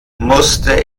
musste